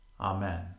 Amen